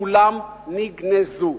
כולם נגנזו.